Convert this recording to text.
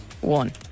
One